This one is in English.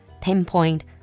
pinpoint